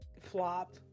flop